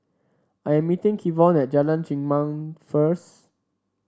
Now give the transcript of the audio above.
I am meeting Kevon at Jalan Chengam first